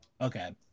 Okay